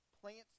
plants